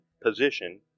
position